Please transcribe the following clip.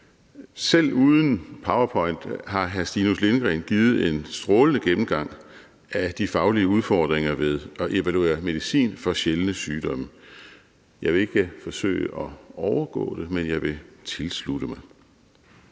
Selv uden PowerPoint har hr. Stinus Lindgreen givet en strålende gennemgang af de faglige udfordringer i forbindelse med at evaluere medicin mod sjældne sygdomme. Jeg vil ikke forsøge at overgå den, men jeg vil tilslutte mig